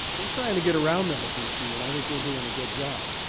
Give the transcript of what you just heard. we're trying to get around that at vcu and i think we're doing a good job.